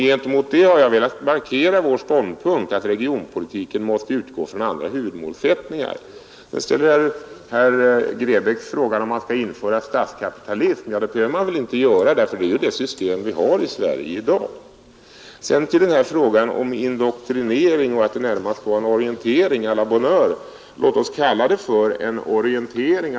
Gentemot detta har jag velat markera vår ståndpunkt att regionpolitiken måste utgå från andra huvudmålsättningar. Sedan undrade herr Grebäck om man skall införa statskapitalism. Det behöver man inte göra — det är ju det system som vi har i Sverige i dag. Och så till frågan om indoktrinering eller orientering. ÅA la bonne heure, lat oss kalla det en orientering.